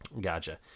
Gotcha